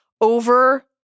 over